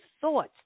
thoughts